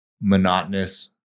monotonous